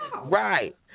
Right